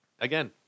Again